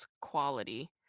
quality